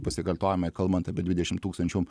pasikaltojimai kalbant apie dvidešim tūkstančių